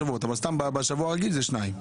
בשבוע רגיל זה שניים.